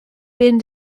been